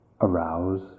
arouse